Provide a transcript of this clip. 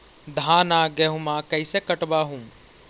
धाना, गेहुमा कैसे कटबा हू?